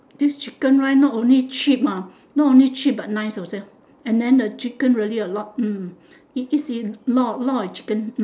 this chicken rice not only cheap ah not only cheap but nice also and then the chicken really a lot hmm is a is a lot of lot of chicken